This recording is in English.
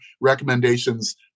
recommendations